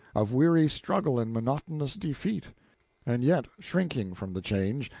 of weary struggle and monotonous defeat and yet shrinking from the change,